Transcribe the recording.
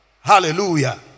Hallelujah